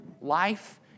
life